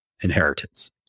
inheritance